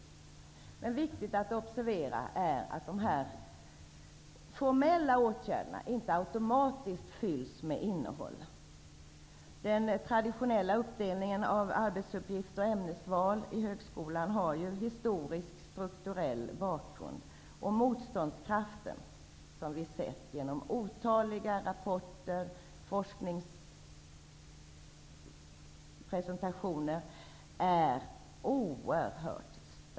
Men det är viktigt att observera att de här formella åtgärderna inte automatiskt fylls med innehåll. Den traditionella uppdelningen av arbetsuppgifter och ämnesval i högskolan har ju historisk och strukturell bakgrund. Motståndet är oerhört starkt, vilket otaliga rapporter och forskningspresentationer har visat.